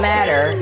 Matter